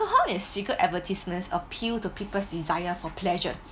~hol secret advertisements appeal to people's desire for pleasure